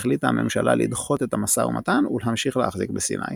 החליטה הממשלה לדחות את המשא ומתן ולהמשיך להחזיק בסיני.